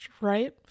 right